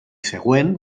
següent